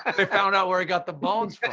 and they found out where he got the bones from.